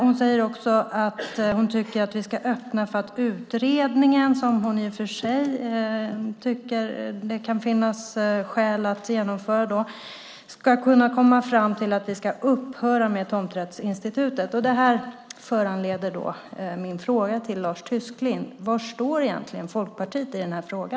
Hon sade också att hon tycker att vi ska öppna för att utredningen, som hon i och för sig tycker att det kan finnas skäl att genomföra, ska kunna komma fram till att vi ska upphöra med tomträttsinstitutet. Detta föranleder min fråga till Lars Tysklind. Var står Folkpartiet egentligen i denna fråga?